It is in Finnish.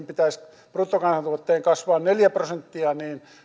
pitäisi kasvaa neljä prosenttia